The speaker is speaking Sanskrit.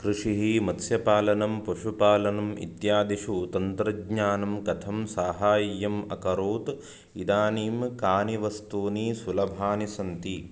कृषिः मत्स्यपालनं पशुपालनम् इत्यादिषु तन्त्रज्ञानं कथं साहाय्यम् अकरोत् इदानीं कानि वस्तूनि सुलभानि सन्ति